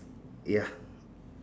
ya